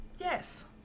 yes